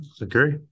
Agree